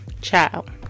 child